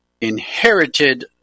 inherited